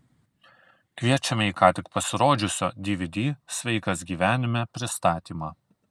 kviečiame į ką tik pasirodžiusio dvd sveikas gyvenime pristatymą